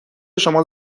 شما